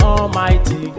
Almighty